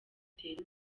utere